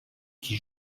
qui